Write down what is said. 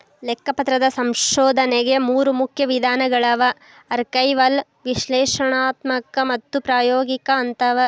ಲೆಕ್ಕಪತ್ರದ ಸಂಶೋಧನೆಗ ಮೂರು ಮುಖ್ಯ ವಿಧಾನಗಳವ ಆರ್ಕೈವಲ್ ವಿಶ್ಲೇಷಣಾತ್ಮಕ ಮತ್ತು ಪ್ರಾಯೋಗಿಕ ಅಂತವ